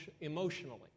emotionally